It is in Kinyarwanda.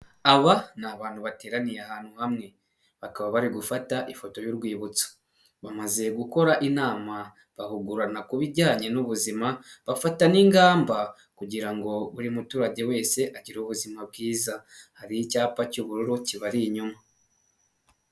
Aba ni abantu bateraniye ahantu hamwe bakaba bari gufata ifoto y'urwibutso, bamaze gukora inama bagahugurana ku bijyanye n'ubuzima bafata n'ingamba kugira ngo buri muturage wese agire ubuzima bwiza, hari icyapa cy'ubururu kibari inyuma.